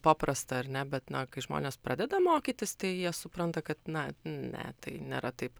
paprasta ar ne bet na kai žmonės pradeda mokytis tai jie supranta kad na ne tai nėra taip